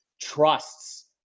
trusts